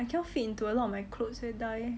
I cannot fit into a lot of my clothes will die